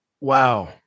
Wow